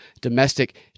domestic